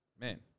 Man